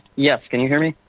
yes can you hear me?